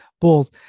Bulls